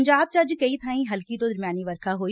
ਪੰਜਾਬ ਚ ਅੱਜ ਕਈ ਬਾਈਂ ਹਲਕੀ ਤੋਂ ਦਰਮਿਆਨੀ ਵਰਖਾ ਹੋਈ